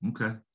okay